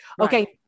Okay